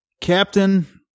Captain